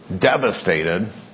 devastated